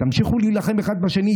תמשיכו להילחם אחד בשני,